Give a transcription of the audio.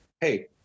hey